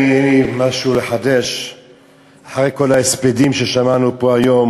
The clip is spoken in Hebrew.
אין לי משהו לחדש אחרי כל ההספדים ששמענו פה היום